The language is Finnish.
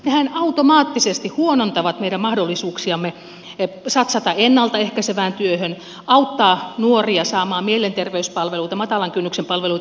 nehän automaattisesti huonontavat meidän mahdollisuuksiamme satsata ennalta ehkäisevään työhön auttaa nuoria saamaan mielenterveyspalveluita matalan kynnyksen palveluita